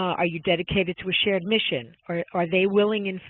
are you dedicated to a shared mission? are are they willing, and,